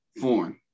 Foreign